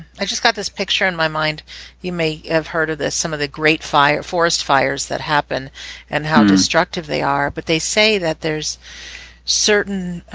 i just got this picture in my mind you may have heard of this some of the great fire forest fires that happen and how destructive they are but they say that there's certain